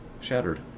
shattered